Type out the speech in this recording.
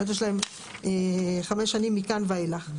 זאת אומרת, יש להם חמש שנים מכאן ואילך.